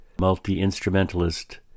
multi-instrumentalist